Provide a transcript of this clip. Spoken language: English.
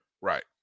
Right